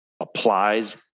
applies